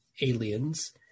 aliens